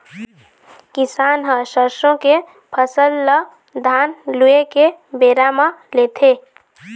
किसान ह सरसों के फसल ल धान लूए के बेरा म लेथे